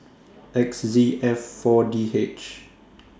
X Z F four D H